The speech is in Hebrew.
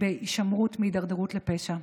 בהישמרות מהידרדרות לפשע,